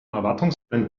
erwartungsvollen